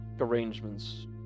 arrangements